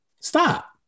Stop